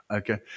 okay